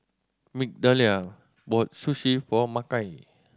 Migdalia bought Sushi for Makai